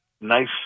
nice